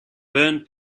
burn